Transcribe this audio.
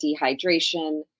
dehydration